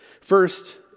First